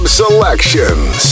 selections